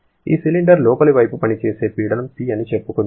ఈ సిలిండర్ లోపలి వైపు పని చేసే పీడనం P అని చెప్పుకుందాం